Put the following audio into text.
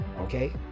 Okay